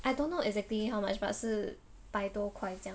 I don't know exactly how much but 是百多块这样